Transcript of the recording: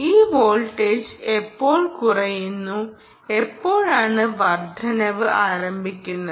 ഈ വോൾട്ടേജ് എപ്പോൾ കുറയുന്നു എപ്പോഴാണ് വർദ്ധനവ് ആരംഭിക്കുന്നത്